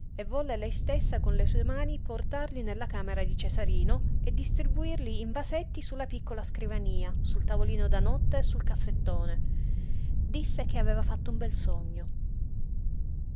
e volle lei stessa con le sue mani portarli nella camera di cesarino e distribuirli in vasetti su la piccola scrivania sul tavolino da notte sul cassettone disse che aveva fatto un bel sogno